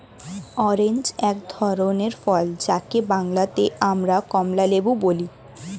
orange এক ধরনের ফল যাকে বাংলাতে আমরা কমলালেবু বলি